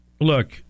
look